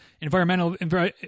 environmental